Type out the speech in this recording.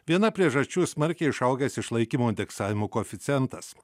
viena priežasčių smarkiai išaugęs išlaikymo indeksavimo koeficientas